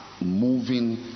Moving